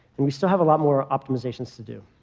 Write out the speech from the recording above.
and we still have a lot more optimizations to do.